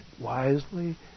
wisely